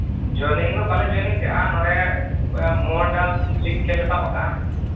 ᱡᱚᱭᱮᱱᱤᱭᱫᱚ ᱵᱟᱞᱮ ᱡᱚᱭᱮᱱᱤᱝ ᱟᱠᱟᱫᱼᱟ ᱱᱚᱰᱮ ᱢᱚᱦᱰᱟᱞ ᱞᱤᱜᱽᱠᱷᱮᱞ ᱞᱮ ᱥᱟᱵ ᱟᱠᱟᱫᱟ